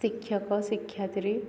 ଶିକ୍ଷକ ଶିକ୍ଷୟତ୍ରୀ